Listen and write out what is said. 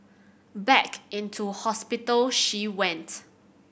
back into hospital she went